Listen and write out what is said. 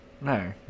No